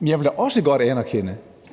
Men jeg vil da også gerne anerkende,